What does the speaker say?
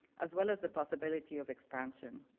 as well as the possibility of expansion.